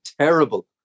terrible